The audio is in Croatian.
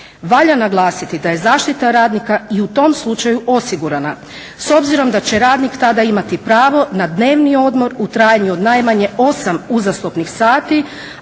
valja naglasiti da je zaštita radnika i u tom slučaju osigurana s obzirom da će radnik tada imati pravo na dnevni odmor u trajanju od najmanje 8 uzastopnih sati